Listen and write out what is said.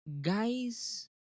guys